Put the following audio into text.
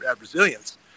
Resilience